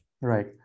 right